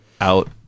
out